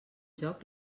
joc